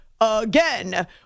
Again